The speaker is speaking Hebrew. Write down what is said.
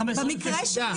דו חודשי.